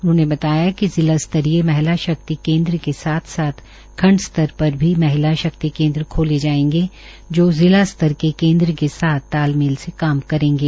उन्होंने बताया कि जिला स्तरीय महिला शक्ति केन्द्र के साथ साथ खण्ड स्तर पर भी महिला शक्ति केन्द्र खोले जाएंगे जो जिला स्तर के केन्द्र के साथ तालमेल से काम करेंगे